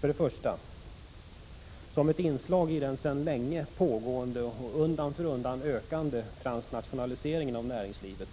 För det första: Som ett inslag i den sedan länge pågående och undan för undan ökande transnationaliseringen av näringslivet